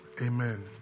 amen